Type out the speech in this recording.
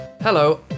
Hello